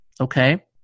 okay